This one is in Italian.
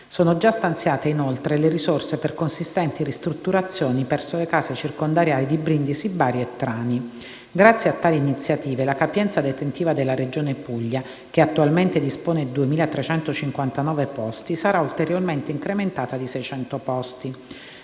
Sono già stanziate, inoltre, le risorse per consistenti ristrutturazioni presso le case circondariali di Brindisi, Bari e Trani. Grazie a tali iniziative, la capienza detentiva della Regione Puglia - che attualmente dispone di 2.359 posti - sarà ulteriormente incrementata di 600 posti.